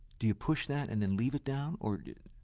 do you push that and then leave it down, or do,